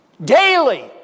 Daily